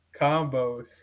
combos